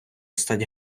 стать